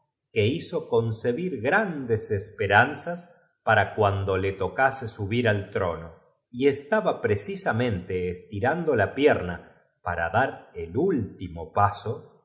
que hizo concebir g randes esperanzas para cuand o le tocase subir al trono y estaba precis ament e estiran do la pierna para dar el último paso